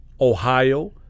Ohio